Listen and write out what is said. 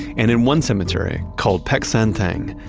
and in one cemetery called peck san theng,